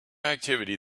activity